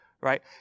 right